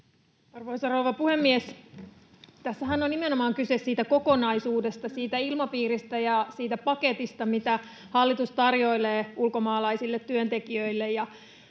Arvoisa rouva puhemies! Tässähän on nimenomaan kyse siitä kokonaisuudesta, siitä ilmapiiristä ja siitä paketista, mitä hallitus tarjoilee ulkomaalaisille työntekijöille.